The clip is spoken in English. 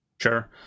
sure